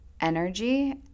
energy